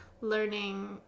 learning